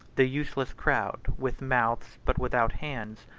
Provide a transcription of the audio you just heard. the useless crowd, with mouths but without hands,